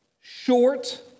short